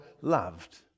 loved